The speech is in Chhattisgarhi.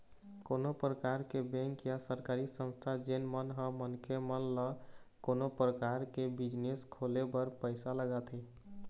कोनो परकार के बेंक या सरकारी संस्था जेन मन ह मनखे मन ल कोनो परकार के बिजनेस खोले बर पइसा लगाथे